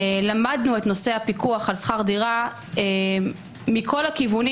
למדנו את נושא הפיקוח על שכר דירה מכל הכיוונים,